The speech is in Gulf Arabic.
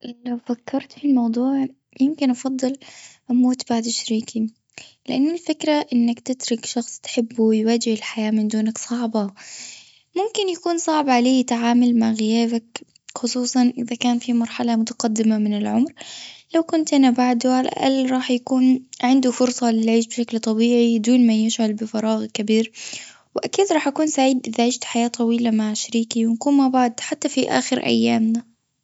لو فكرت في الموضوع يمكن أفضل اموت بعد شريكي لأن الفكرة إنك تترك شخص تحبه ويواجه الحياة من دونك صعبة ممكن يكون صعب عليه يتعامل مع غيابك خصوصا إذا كان في مرحلة متقدمة من العمر لو كنت انا بعده على الأقل راح يكون عنده بشكل طبيعي دون ما يشعر بفراغ كبير. وأكيد راح أكون سعيد إذا عيشت في حياة طويلة مع شريكي ونكون مع بعض حتى في آخر ايامنا.